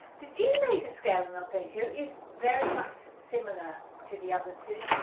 the g major scale and arpeggio is very much similar to the other two,